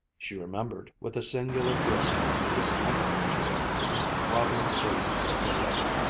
she remembered with a singular feeling of discomfiture the throbbing phrases of her letter,